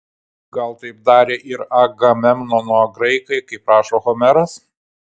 gal taip darė ir agamemnono graikai kaip rašo homeras